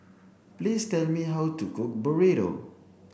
please tell me how to cook Burrito